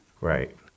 Right